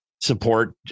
support